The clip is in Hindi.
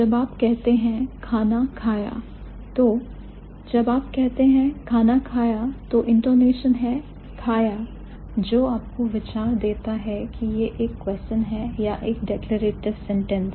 जब आप कहते हैं खाना खाया तो जब आप कहते हैं खाना खाया तो intonation है खाया पर जो आपको विचार देता है की यह है एक question है या एक declarative sentence है